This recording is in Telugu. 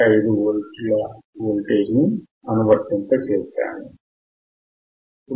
5 వోల్టుల వోల్టేజ్ ని అనువర్తింపచేశాము